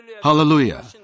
Hallelujah